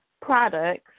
products